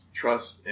trust